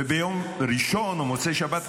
ביום ראשון או מוצאי שבת,